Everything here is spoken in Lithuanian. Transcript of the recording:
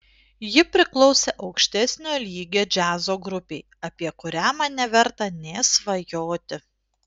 ji priklausė aukštesnio lygio džiazo grupei apie kurią man neverta nė svajoti